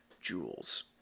jewels